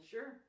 Sure